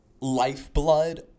lifeblood